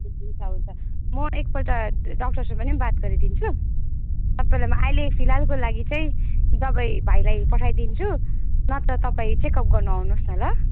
हुन्छ हुन्छ म एक पल्ट डाक्टरसँग नि बात गरिदिन्छु तपाईँलाई म अहिले फिलहालको लागि चाहिँ दबाई भाइलाई पठाइदिन्छु नत्र तपाईँ चेक अप गर्न आउनु होस् न ल